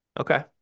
Okay